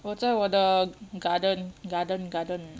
我在我的 garden garden garden